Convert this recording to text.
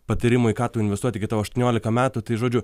patyrimo į ką tau investuoti kai tau aštuoniolika metų tai žodžiu